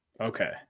okay